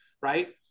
right